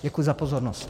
Děkuji za pozornost.